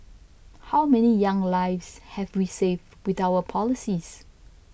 how many young lives have we saved with our policies